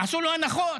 עשו לו הנחות.